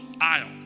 aisle